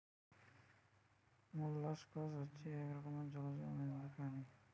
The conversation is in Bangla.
মোল্লাসকস হচ্ছে এক রকমের জলজ অমেরুদন্ডী প্রাণী